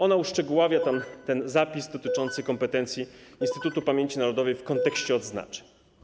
Ona uszczegóławia zapis dotyczący kompetencji Instytutu Pamięci Narodowej w kontekście odznaczeń.